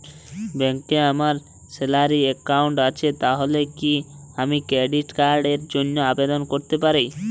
ব্যাংকে আমার salary account আছে তাহলে কি আমি ক্রেডিট কার্ড র জন্য আবেদন করতে পারি?